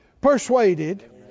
persuaded